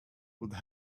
would